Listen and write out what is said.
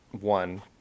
one